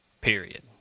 period